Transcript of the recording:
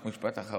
רק משפט אחרון.